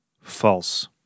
False